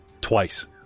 twice